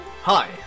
Hi